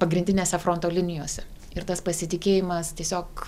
pagrindinėse fronto linijose ir tas pasitikėjimas tiesiog